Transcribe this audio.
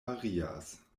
varias